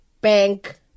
bank